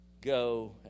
go